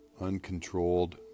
uncontrolled